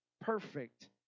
Perfect